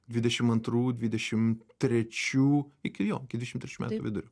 dvidešim antrų dvidešim trečių iki jo iki dvidešim trečių metų vidurio